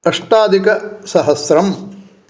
अष्टाधिकसहस्रम्